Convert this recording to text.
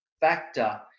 factor